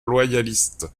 loyalistes